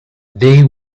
they